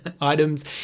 Items